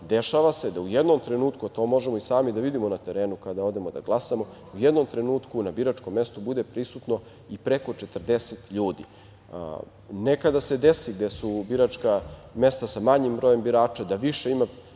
dešava se da u jednom trenutku to možemo da vidimo na terenu kada odemo da vidimo da glasamo, u jednom trenutku na biračkom mestu bude prisutno i preko 40 ljudi. Nekada se desi da su biračka mesta sa manjim brojem birača da više ima